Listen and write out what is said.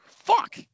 Fuck